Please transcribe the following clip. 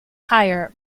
higher